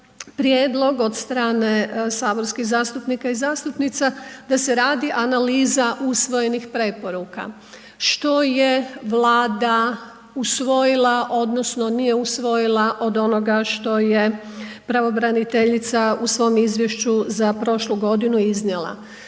prijedlog od strane saborskih zastupnika i zastupnica da se radi analiza usvojenih preporuka što je Vlada usvojila odnosno nije usvojila od onoga što je pravobraniteljica u svom izvješću za prošlu godinu iznijela.